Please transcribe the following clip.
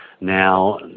Now